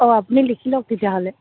অঁ আপুনি লিখি লওক তেতিয়াহ'লে